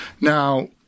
Now